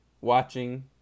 watching